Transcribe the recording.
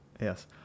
yes